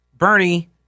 Bernie